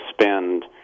spend